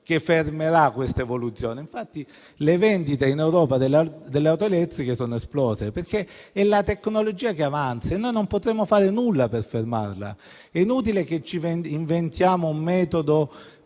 che fermerà questa evoluzione. Le vendite in Europa delle auto elettriche sono esplose, perché è la tecnologia che avanza e noi non potremo fare nulla per fermarla. È inutile che ci inventiamo un metodo